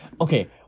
Okay